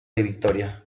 victoria